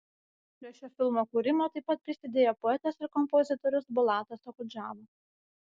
prie šio filmo kūrimo taip pat prisidėjo poetas ir kompozitorius bulatas okudžava